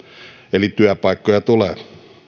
eli työpaikkoja tulee